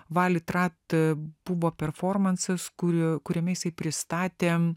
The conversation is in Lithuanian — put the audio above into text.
valitrat buvo performansas kurkuriame jisai pristatėm